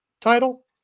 title